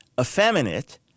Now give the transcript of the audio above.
effeminate